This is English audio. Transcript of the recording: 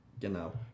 Genau